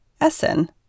Essen